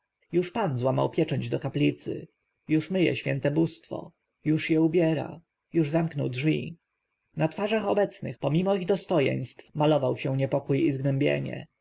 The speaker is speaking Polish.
już pan złamał pieczęć od kaplicy już myje święte bóstwo już je ubiera już zamknął drzwi na twarzach obecnych pomimo ich dostojeństw malował się niepokój i zgnębienie